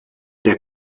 der